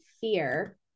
fear